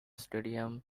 stadium